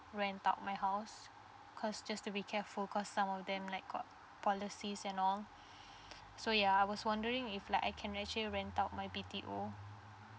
rent out my house cause just to be careful cause some of them like got policy and all so ya I was wondering if like I can actually rent out my B_T_O